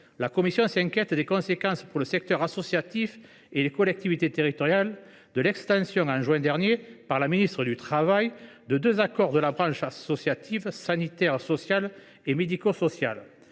la commission s’inquiète des conséquences pour le secteur associatif et les collectivités territoriales de l’extension, en juin dernier, par la ministre du travail, de deux accords de la branche associative, sanitaire, sociale et médico sociale